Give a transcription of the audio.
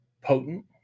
potent